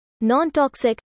non-toxic